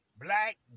Black